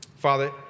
Father